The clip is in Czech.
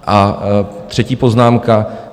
A třetí poznámka.